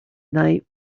night